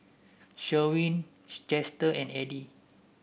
Sherwin Chester and Eddie